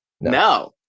no